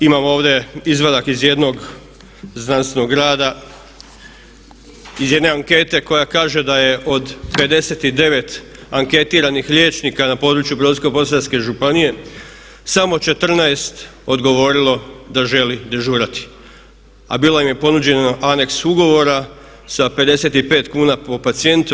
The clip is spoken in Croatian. Imam ovdje izvadak iz jednog znanstvenog rada, iz jedne ankete koja kaže da je od 59 anketiranih liječnika na području Brodsko-posavske županije samo 14 odgovorilo da želi dežurati, a bilo im je ponuđeno aneks ugovora sa 55 kuna po pacijentu.